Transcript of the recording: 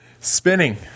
Spinning